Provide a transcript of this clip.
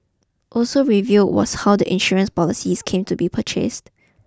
also revealed was how the insurance policies came to be purchased